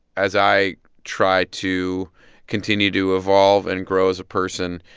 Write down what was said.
as i try to continue to evolve and grow as a person,